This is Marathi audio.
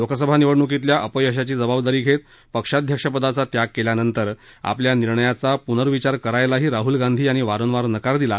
लोकसभा निवडणुकीतल्या अपयशाची जबाबदारी घेत पक्षाध्यक्षपदाचा त्याग केल्यानंतर आपल्या निर्णयाचा पुनर्विचार करायलाही राहुल गांधी यांनी वारंवार नकार दिला